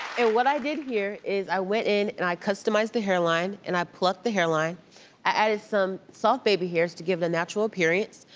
and what i did here is i went in and i customized the hairline, and i plucked the hairline. i added some soft baby hairs to give the natural appearance.